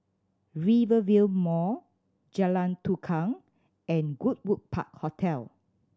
Rivervale Mall Jalan Tukang and Goodwood Park Hotel